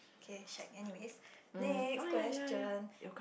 okay shag anyways next question